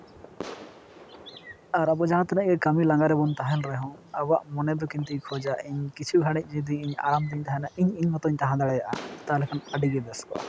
ᱟᱨ ᱟᱵᱚ ᱡᱟᱦᱟᱸ ᱛᱤᱱᱟᱹᱜ ᱜᱮ ᱠᱟᱹᱢᱤ ᱞᱟᱸᱜᱟ ᱨᱮᱵᱚᱱ ᱛᱟᱦᱮᱱ ᱨᱮᱦᱚᱸ ᱟᱵᱚᱣᱟᱜ ᱢᱚᱱᱮ ᱫᱚ ᱠᱤᱱᱛᱩᱭ ᱠᱷᱚᱡᱟ ᱤᱧ ᱠᱤᱪᱷᱩ ᱜᱷᱟᱹᱲᱤᱡ ᱡᱩᱫᱤ ᱟᱨᱟᱢ ᱛᱤᱧ ᱛᱟᱦᱮᱱᱟ ᱤᱧ ᱤᱧ ᱢᱚᱛᱚᱧ ᱛᱟᱦᱮᱸ ᱫᱟᱲᱮᱭᱟᱜᱼᱟ ᱛᱟᱦᱞᱮ ᱠᱷᱟᱱ ᱟᱹᱰᱤ ᱜᱮ ᱵᱮᱥ ᱠᱚᱜᱼᱟ